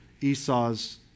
Esau's